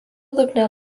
dugne